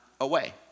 away